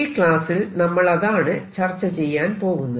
ഈ ക്ലാസ്സിൽ നമ്മൾ അതാണ് ചർച്ച ചെയ്യാൻ പോകുന്നത്